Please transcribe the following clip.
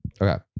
Okay